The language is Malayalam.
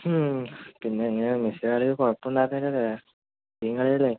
പിന്നെങ്ങനെയാണ് മെസ്സിയുടെ കളി കുഴപ്പം ഉണ്ടായിരുന്നില്ലല്ലോ അല്ലേ